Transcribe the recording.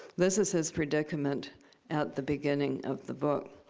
this is his predicament at the beginning of the book.